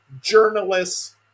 journalists